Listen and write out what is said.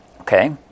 Okay